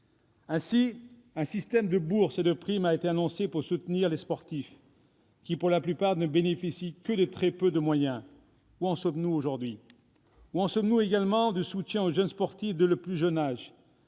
Ainsi un système de bourses et de primes a-t-il été annoncé pour soutenir les sportifs, qui, pour la plupart, ne bénéficient que de très peu de moyens. Où en sommes-nous aujourd'hui ? Où en sommes-nous également du soutien aux jeunes sportifs dès le plus jeune âge ?